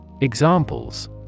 Examples